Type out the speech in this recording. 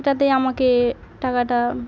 যেটাতে আমাকে টাকাটা